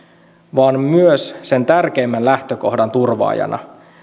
vaan myös sen tärkeimmän lähtökohdan turvaajana